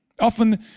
Often